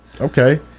Okay